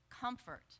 Comfort